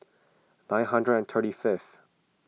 nine hundred and thirty fifth